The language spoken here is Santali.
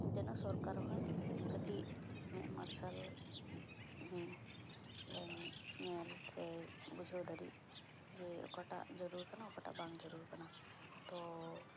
ᱡᱮᱱᱚ ᱥᱚᱨᱠᱟ ᱦᱚᱸᱭ ᱠᱟᱹᱴᱤᱡ ᱢᱮᱸᱫ ᱢᱟᱨᱥᱟᱞ ᱞᱮ ᱧᱮᱞ ᱥᱮ ᱵᱩᱡᱷᱟᱹᱣ ᱫᱟᱲᱮᱜ ᱡᱮ ᱚᱠᱟᱴᱟᱜ ᱡᱟᱹᱨᱩᱲ ᱠᱟᱱᱟ ᱚᱠᱟᱴᱟᱜ ᱵᱟᱝ ᱡᱟᱹᱨᱩᱲ ᱠᱟᱱᱟ ᱛᱳ